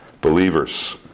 believers